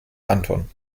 anton